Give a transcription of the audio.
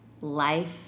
life